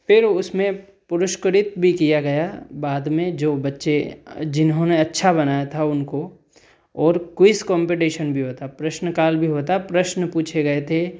पेड़ उसमें पुरस्कृत भी किया गया बाद में जो बच्चे जिन्होंने अच्छा बनाया था उनको और क्विज कम्पीटिशन भी हुआ था प्रश्न काल भी हुआ था प्रश्न पूछे गए थे